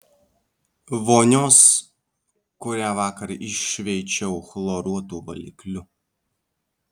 vonios kurią vakar iššveičiau chloruotu valikliu